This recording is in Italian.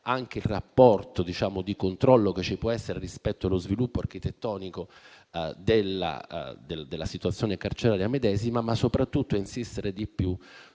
anche il rapporto di controllo che ci può essere in relazione allo sviluppo architettonico della situazione carceraria medesima, ma soprattutto di insistere